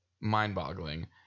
mind-boggling